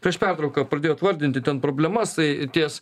prieš pertrauką pradėjot vardinti ten problemas tai ties